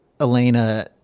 Elena